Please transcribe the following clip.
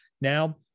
Now